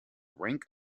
rank